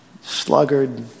sluggard